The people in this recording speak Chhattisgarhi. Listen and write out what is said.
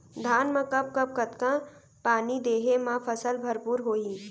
धान मा कब कब कतका पानी देहे मा फसल भरपूर होही?